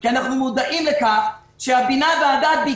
כי אנחנו מודעים לכך שהבינה והדעת נמצאים